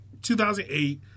2008